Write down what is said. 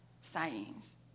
science